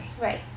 Right